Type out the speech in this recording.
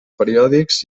periòdics